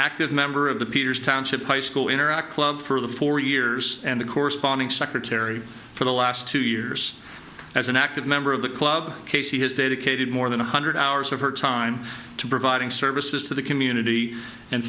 active member of the peters township high school interact club for the four years and the corresponding secretary for the last two years as an active member of the club casey has dedicated more than one hundred hours of her time to providing services to the community and